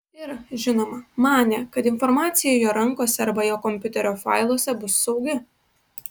ir žinoma manė kad informacija jo rankose arba jo kompiuterio failuose bus saugi